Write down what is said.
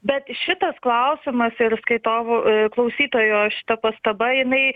bet šitas klausimas ir skaitovų klausytojo šita pastaba jinai